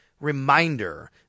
reminder